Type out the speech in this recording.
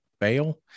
bail